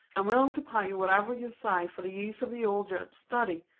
i'm willin' to pay you whatever you say for the use of the old judge's study.